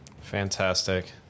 Fantastic